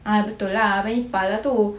ah betul lah abang ipar lah tu